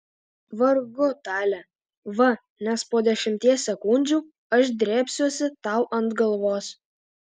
vargu tale va nes po dešimties sekundžių aš drėbsiuosi tau ant galvos